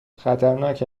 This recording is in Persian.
خطرناک